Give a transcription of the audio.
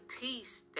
peace